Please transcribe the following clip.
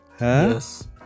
yes